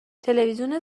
تلویزیون